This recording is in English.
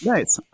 Nice